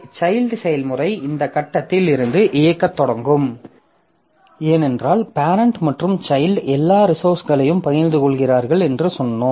child செயல்முறை இந்த கட்டத்தில் இருந்து இயக்கத் தொடங்கும் ஏனென்றால் பேரெண்ட் மற்றும் சைல்ட் எல்லா ரிசோர்ஸ்களையும் பகிர்ந்து கொள்கிறார்கள் என்று சொன்னோம்